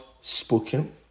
spoken